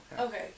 Okay